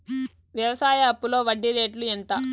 వ్యవసాయ అప్పులో వడ్డీ రేట్లు ఎంత?